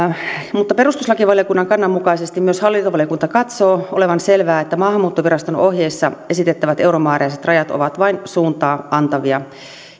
mutta perustuslakivaliokunnan kannan mukaisesti myös hallintovaliokunta katsoo olevan selvää että maahanmuuttoviraston ohjeissa esitettävät euromääräiset rajat ovat vain suuntaa antavia